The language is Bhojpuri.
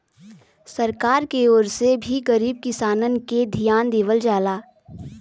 सरकार के ओर से भी गरीब किसानन के धियान देवल जाला